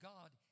God